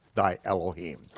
thy elohim.